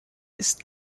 ist